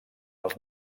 els